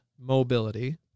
mobility